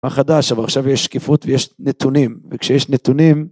מה חדש, אבל עכשיו יש שקיפות ויש נתונים. וכשיש נתונים...